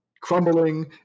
crumbling